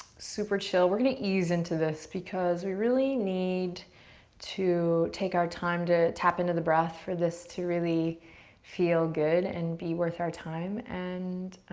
super chill. we're gonna ease into this because we really need to take our time to tap into the breath for this to really feel good and be worth our time. and